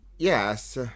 Yes